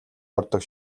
ордог